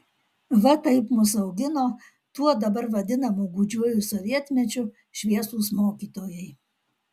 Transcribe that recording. va taip mus augino tuo dabar vadinamu gūdžiuoju sovietmečiu šviesūs mokytojai